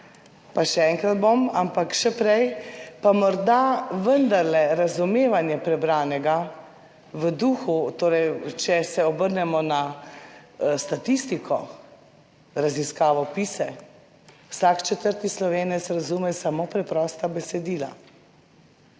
pa še enkrat bom, ampak še prej, pa morda vendarle razumevanje prebranega v duhu torej, če se obrnemo na statistiko, raziskavo PISE, vsak četrti Slovenec razume samo preprosta besedila,